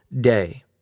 day